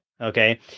Okay